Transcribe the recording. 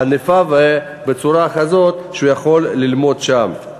בצורה כזאת שהוא יכול ללמוד שם.